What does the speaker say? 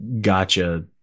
gotcha